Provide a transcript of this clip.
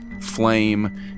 flame